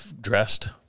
dressed